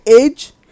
age